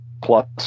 plus